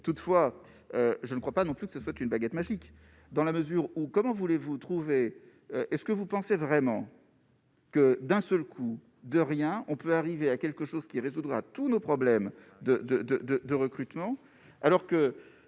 toutefois, je ne crois pas, non plus, que ce soit une baguette magique, dans la mesure où, comment voulez-vous trouver est ce que vous pensez vraiment. Que d'un seul coup de rien on peut arriver à quelque chose qui résoudra tous nos problèmes de, de, de, de, de